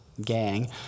gang